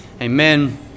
Amen